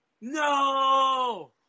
No